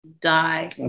die